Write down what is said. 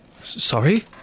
Sorry